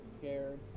scared